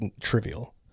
trivial